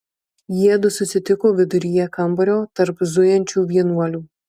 jiedu susitiko viduryje kambario tarp zujančių vienuolių